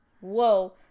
whoa